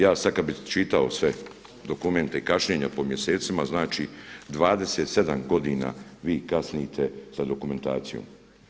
Ja sada kada bi čitao sve dokumente i kašnjenja po mjesecima znači 27 godina vi kasnite sa dokumentacijom.